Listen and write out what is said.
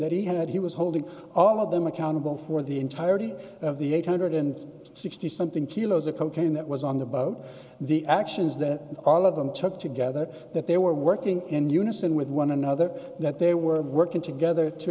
that he had he was holding all of them accountable for the entirety of the eight hundred and sixty something kilos of cocaine that was on the boat the actions that all of them took together that they were working in unison with one another that they were working together to